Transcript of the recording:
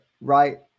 right